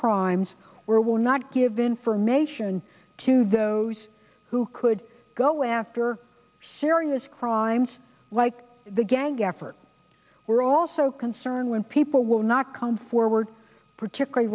crimes where will not give information to those who could go after serious crimes like the gang effort we're also concerned when people will not come forward particularly